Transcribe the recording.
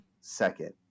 second